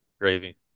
Gravy